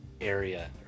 area